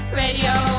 radio